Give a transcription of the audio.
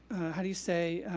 how do you say?